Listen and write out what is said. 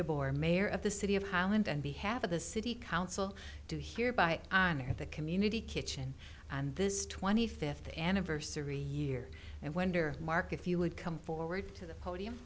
de boer mayor of the city of highland and behalf of the city council do hereby honor the community kitchen and this twenty fifth anniversary year and wonder mark if you would come forward to the podium